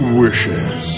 wishes